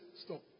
stop